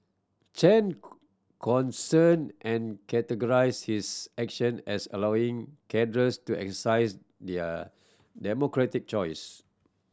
Chen concern and characterised his action as allowing cadres to exercise their democratic choice